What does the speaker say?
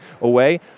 away